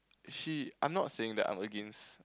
she I'm not saying that I'm against